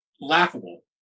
laughable